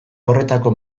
horretako